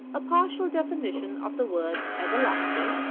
a partial definition of the word everlasting,